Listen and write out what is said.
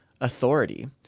authority